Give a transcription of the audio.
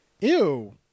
Ew